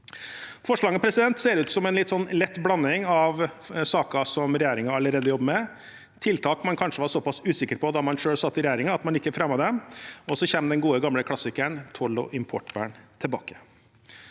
Forslagene ser ut som en litt lett blanding av saker som regjeringen allerede jobber med, tiltak man kanskje var såpass usikker på da man selv satt i regjering, at man ikke fremmet dem. I tillegg kommer den gode, gamle klassikeren toll- og importvern tilbake.